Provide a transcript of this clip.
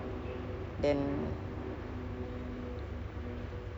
ah for for me I feel like thirty five still quite young though